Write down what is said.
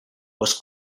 was